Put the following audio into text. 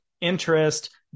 interest